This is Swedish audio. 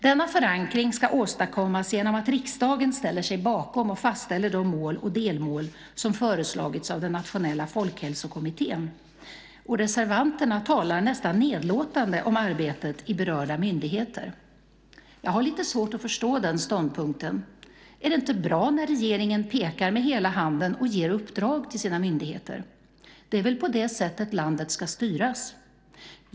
Denna förankring ska åstadkommas genom att riksdagen ställer sig bakom och fastställer de mål och delmål som föreslagits av Nationella folkhälsokommittén. Reservanterna talar nästan nedlåtande om arbetet i berörda myndigheter. Jag har lite svårt att förstå den ståndpunkten. Är det inte bra när regeringen pekar med hela handen och ger uppdrag till sina myndigheter? Det är väl på det sättet landet ska styras.